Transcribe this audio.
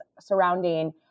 surrounding